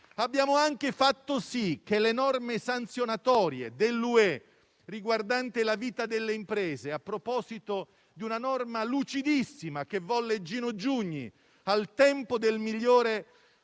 abbiamo anche fatto sì che le norme sanzionatorie dell'Unione europea, riguardanti la vita delle imprese, a proposito di una norma lucidissima, che volle Gino Giugni al tempo del migliore